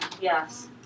Yes